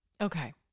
Okay